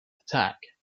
attack